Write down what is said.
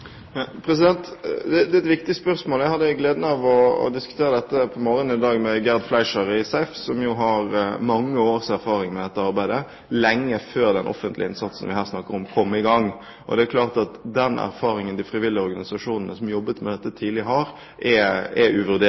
Det er et viktig spørsmål. Jeg hadde gleden av å diskutere dette på morgenen i dag med Gerd Fleischer i SEIF som har mange års erfaring med dette arbeidet, lenge før den offentlige innsatsen vi her snakker om, kom i gang. Det er klart at den erfaringen de frivillige organisasjonene som jobbet med dette tidlig, har, er